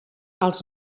els